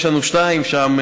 יש לנו שתיים שם,